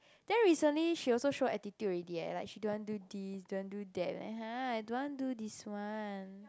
then recently she also show attitude already eh like she don't want do this don't want do that like [huh] I don't want do this one